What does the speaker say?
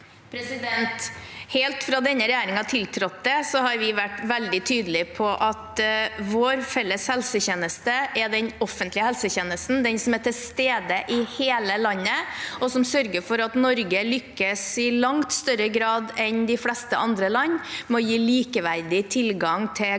Helt fra denne regjeringen tiltrådte, har vi vært veldig tydelige på at vår felles helsetjeneste er den offentlige helsetjenesten – den som er til stede i hele landet, og som sørger for at Norge lykkes i langt større grad enn de fleste andre land med å gi likeverdig tilgang til gode